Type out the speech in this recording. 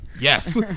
Yes